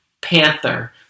panther